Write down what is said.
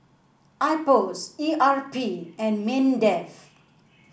IPOS E R P and Mindef